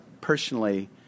personally